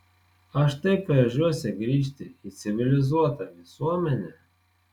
aš taip veržiuosi grįžti į civilizuotą visuomenę